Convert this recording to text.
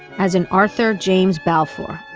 as in arthur james balfour.